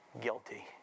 guilty